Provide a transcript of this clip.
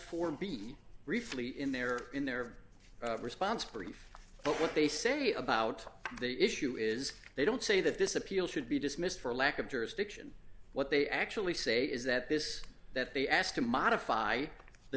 briefly in their in their response brief but what they say about the issue is they don't say that this appeal should be dismissed for lack of jurisdiction what they actually say is that this that they asked to modify the